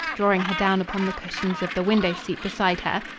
drawing her down upon the cushions of the window-seat beside her.